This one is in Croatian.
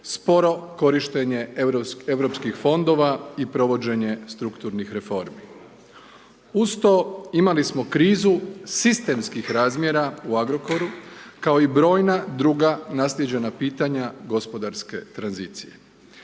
sporo korištenje europskih fondova i provođenje strukturnih reformi. Uz to imali smo krizu sistemskih razmjera u Agrokoru kao i brojna druga naslijeđena pitanja gospodarske tranzicije.